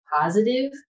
positive